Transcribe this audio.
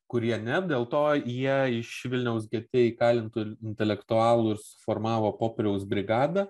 kurie ne dėl to jie iš vilniaus gete įkalintų intelektualų ir suformavo popieriaus brigadą